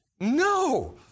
No